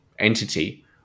entity